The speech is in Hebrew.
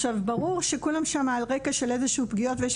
עכשיו ברור שכולם שם על רקע של איזשהן פגיעות ויש